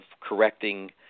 correcting